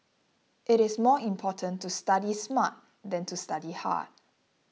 it is more important to study smart than to study hard